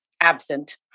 absent